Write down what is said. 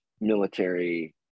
military